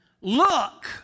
look